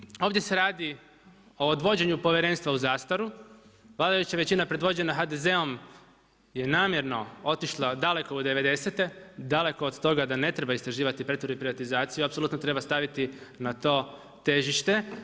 Prema tome, ovdje se radi o odvođenju povjerenstva u zastaru, vladajuća većina predvođena HDZ-om je namjerno otišla daleko u '90.-te, daleko od toga da ne treba istraživati pretvorbu i privatizaciju, apsolutno treba staviti na to težište.